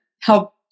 help